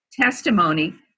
testimony